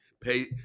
pay